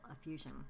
Effusion